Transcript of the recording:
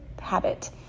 habit